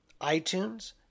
iTunes